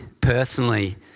personally